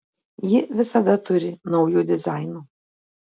ji visada turi naujų dizainų